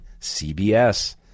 CBS